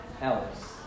else